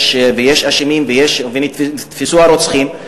ויש אשמים ונתפסו הרוצחים,